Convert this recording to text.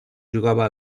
jugava